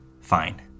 Fine